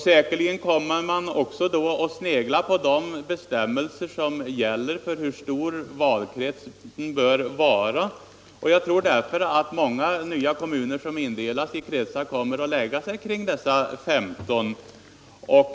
Säkerligen kommer man då också att snegla på de bestämmelser som gäller för hur stor valkretsen bör vara. Därför tror jag att många nya kommuner som indelas i kretsar kommer att hålla sig kring dessa 15 mandat.